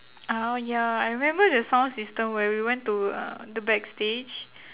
orh ya I remember the sound system when we went to uh the backstage